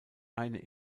eine